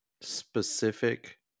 specific